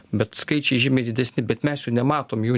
bet skaičiai žymiai didesni bet mes jų nematom jų